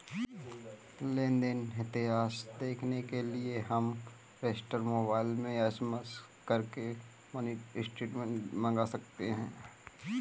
लेन देन इतिहास देखने के लिए हम रजिस्टर मोबाइल से एस.एम.एस करके मिनी स्टेटमेंट मंगा सकते है